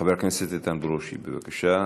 חבר הכנסת איתן ברושי, בבקשה.